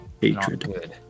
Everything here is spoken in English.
hatred